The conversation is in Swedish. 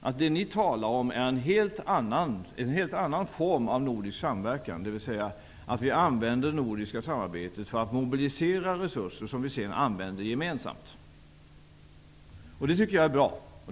Miljöutskottet talar om en helt annan form av nordisk samverkan. Man vill använda det nordiska samarbetet för att mobilisera resurser som sedan skall användas gemensamt. Det tycker jag är bra.